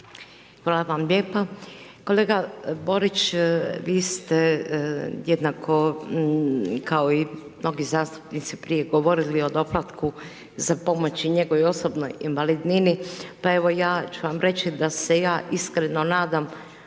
Hvala vam lijepa. Kolega Borić, vi ste jednako, kao i mnogi zastupnici prije govorili o doplatku za pomoć i njegu i osobnoj invalidnini, pa evo, ja ću vam reći da se ja iskreno nadam,